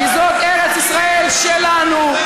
כי זו ארץ-ישראל שלנו.